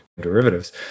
derivatives